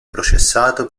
processato